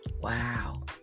Wow